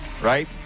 right